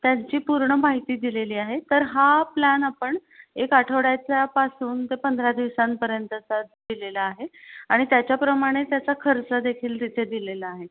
त्यांची पूर्ण माहिती दिलेली आहे तर हा प्लॅन आपण एक आठवड्याच्या पासून ते पंधरा दिवसांपर्यंतचा दिलेला आहे आणि त्याच्याप्रमाणे त्याचा खर्च देखील तिथे दिलेला आहे